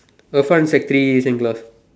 Irfan sec three same class